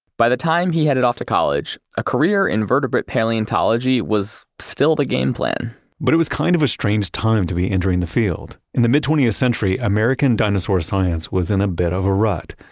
by the time he headed off to college, a career in vertebrate paleontology was still the game plan but it was kind of strange time to be entering the field. in the mid twentieth century, american dinosaur science was in a bit of a rut.